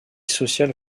social